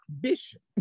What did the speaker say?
bishop